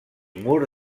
mur